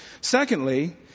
Secondly